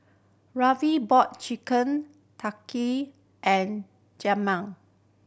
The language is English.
Rarvin bought Chicken Tikka and Jamal